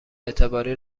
اعتباری